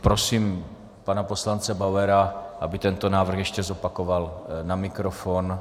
Prosím pana poslance Bauera, aby tento návrh ještě zopakoval na mikrofon.